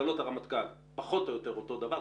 הגדלות הרמטכ"ל פחות או יותר אותו דבר,